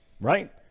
Right